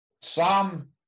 Psalm